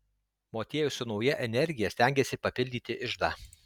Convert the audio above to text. motiejus su nauja energija stengėsi papildyti iždą